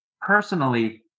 personally